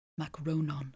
Macronon